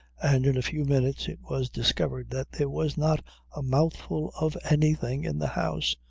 and in a few minutes it was discovered that there was not a mouthful of anything in the house,